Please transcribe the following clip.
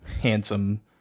handsome